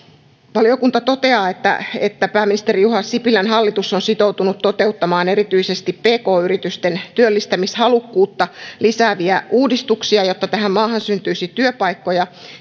valiokunta toteaa että että pääministeri juha sipilän hallitus on sitoutunut toteuttamaan erityisesti pk yritysten työllistämishalukkuutta lisääviä uudistuksia jotta tähän maahan syntyisi työpaikkoja